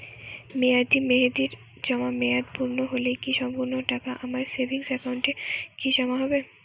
মেয়াদী মেহেদির জমা মেয়াদ পূর্ণ হলে কি সম্পূর্ণ টাকা আমার সেভিংস একাউন্টে কি জমা হবে?